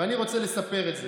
ואני רוצה לספר את זה,